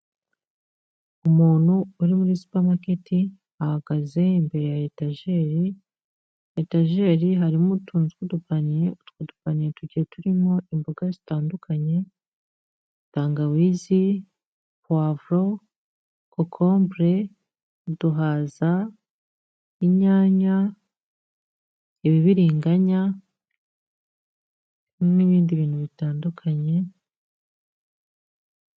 Umuntu uri muri supamaketi ahagaze imbere ya etajeri, etajeri harimo utuntu tw'udupaniye, utwo dupaniye tugiye turimo imboga zitandukanye, tangawizi, puwavuro, kokombure, uduhaza, inyanya, ibibiriganya n'ibindi bintu bitandukanye.